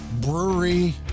Brewery